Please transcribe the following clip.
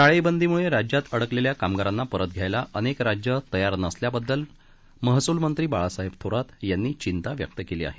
टाळेबंदीमुळे राज्यात अडकलेल्या कामगारांना परत घ्यायला अनेक राज्य तयार नसल्याबद्दल राज्याचे महसूल मंत्री बाळासाहेब थोरात यांनी चिंता व्यक्त केली आहे